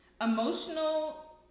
emotional